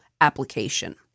application